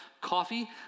coffee